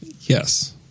Yes